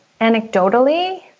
Anecdotally